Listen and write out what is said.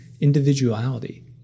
individuality